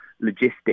logistics